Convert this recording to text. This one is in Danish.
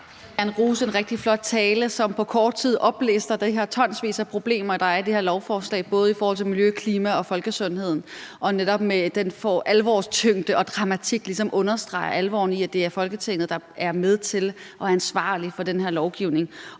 en rigtig flot tale, som på kort tid oplister de her tonsvis af problemer, der er i det her lovforslag, både i forhold til miljø, klima og folkesundhed, og som netop med alvorstyngde og dramatik ligesom understreger alvoren i, at det er Folketinget, der er med til og er ansvarlig for den her lovgivning